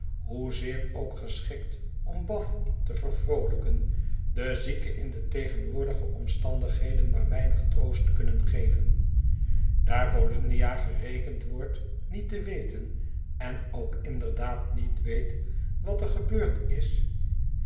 hoezeer ook geschikt om b a t h te vervroolijken den zieke in de tegenwoordige omstandigheden maar weinig troost kunnen geven daar volümnia gerekend wordt niet te weten en ook inderdaad niet weet wat er gebeurd is